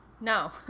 no